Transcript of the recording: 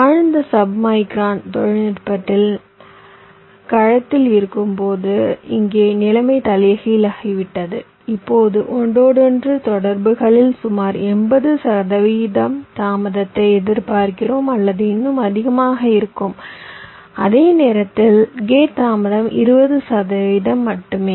ஆழ்ந்த சப்மிக்ரான் தொழில்நுட்ப களத்தில் இருக்கும்போது இங்கே நிலைமை தலைகீழாகிவிட்டது இப்போது ஒன்றோடொன்று தொடர்புகளில் சுமார் 80 சதவிகிதம் தாமதத்தை எதிர்பார்க்கிறோம் அல்லது இன்னும் அதிகமாக இருக்கும் அதே நேரத்தில் கேட் தாமதம் 20 சதவீதம் மட்டுமே